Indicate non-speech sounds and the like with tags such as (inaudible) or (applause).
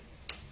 (noise)